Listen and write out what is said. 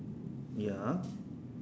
ya ah